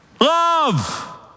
Love